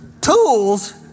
tools